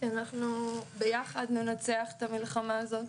שאנחנו ביחד ננצח את המלחמה הזאת.